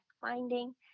finding